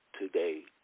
today